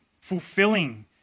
fulfilling